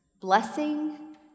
blessing